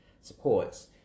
supports